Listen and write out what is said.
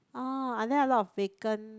oh are there a lot of vacant